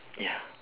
ya